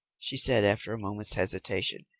she said after a moment's hesitation,